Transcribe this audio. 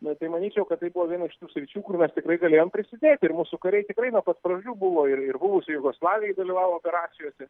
na tai manyčiau kad tai buvo viena iš tų sričių kur mes tikrai galėjom prisidėti ir mūsų kariai tikrai nuo pat pradžių buvo ir ir buvusioj jugoslavijoj dalyvavo operacijose